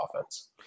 offense